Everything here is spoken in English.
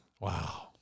wow